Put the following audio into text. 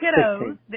kiddos